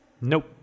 Nope